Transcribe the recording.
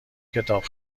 کتاب